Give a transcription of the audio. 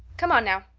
come on now.